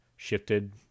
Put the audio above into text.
shifted